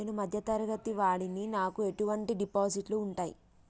నేను మధ్య తరగతి వాడిని నాకు ఎటువంటి డిపాజిట్లు ఉంటయ్?